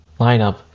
lineup